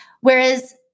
Whereas